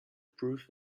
prove